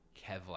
Kevlar